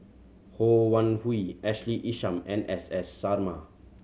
Ho Wan Hui Ashley Isham and S S Sarma